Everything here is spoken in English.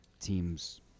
teams